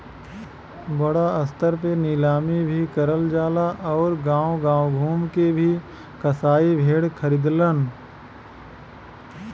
बड़ा स्तर पे नीलामी भी करल जाला आउर गांव गांव घूम के भी कसाई भेड़ खरीदलन